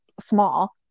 small